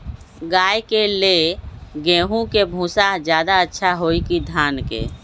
गाय के ले गेंहू के भूसा ज्यादा अच्छा होई की धान के?